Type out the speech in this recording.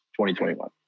2021